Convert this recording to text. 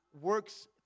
works